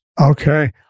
Okay